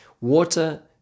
water